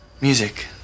music